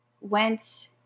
went